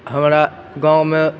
हमरा गाँवमे